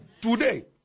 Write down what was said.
Today